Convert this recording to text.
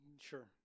sure